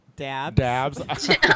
Dabs